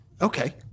Okay